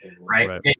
Right